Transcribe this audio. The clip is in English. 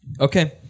okay